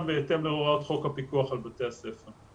בהתאם להוראות חוק הפיקוח על בתי הספר.